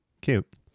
Cute